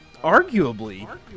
arguably